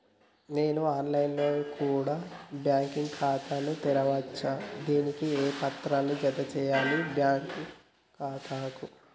నేను online లో కూడా బ్యాంకు ఖాతా ను తెరవ వచ్చా? దానికి ఏ పత్రాలను జత చేయాలి బ్యాంకు ఖాతాకు?